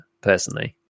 personally